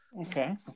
Okay